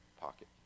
pocket